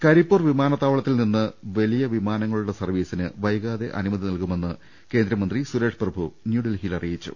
കരിപ്പൂർ വിമാനത്താവളത്തിൽ നിന്ന് വലിയു വിമാനങ്ങളുടെ സർവീസിന് വൈകാതെ അനുമതി നൽകുമെന്ന് കേന്ദ്രമന്ത്രി സുരേഷ് പ്രഭു ന്യൂഡൽഹിയിൽ അറിയിച്ചു